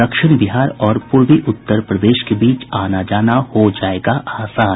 दक्षिण बिहार और पूर्वी उत्तर प्रदेश के बीच आना जाना हो जायेगा आसान